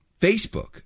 Facebook